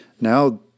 now